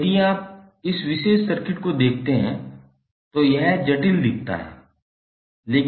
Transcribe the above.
अब यदि आप इस विशेष सर्किट को देखते हैं तो यह जटिल दिखता है